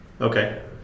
Okay